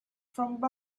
from